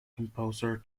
composer